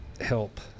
help